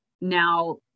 now